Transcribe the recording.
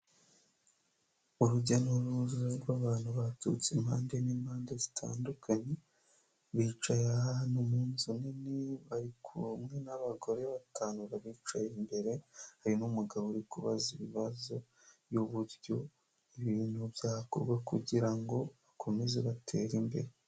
Urujya n'uruza rw'abantu baturutse impande n'impande zitandukanye, bicaye ahantu mu nzu nini bari kumwe n'abagore batanu babicaye imbere, hari n'umugabo uri kubaza ibibazo by'uburyo ibintu byakorwa kugira ngo bakomeze batere imbere.